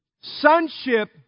Sonship